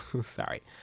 sorry